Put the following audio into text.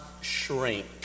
shrink